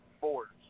boards